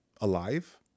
alive